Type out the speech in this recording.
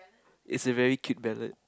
is a very cute ballad